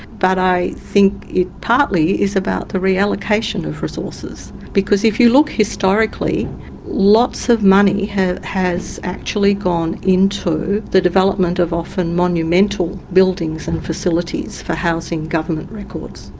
but i think it's partly about the reallocation of resources, because if you look historically lots of money has has actually gone into the development of often monumental buildings and facilities for housing government records,